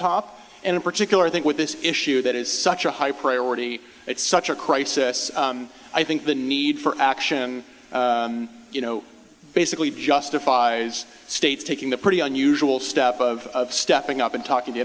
and in particular i think with this issue that is such a high priority it's such a crisis i think the need for action you know basically justifies states taking the pretty unusual step of stepping up and talking to